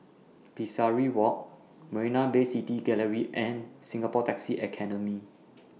Pesari Walk Marina Bay City Gallery and Singapore Taxi Academy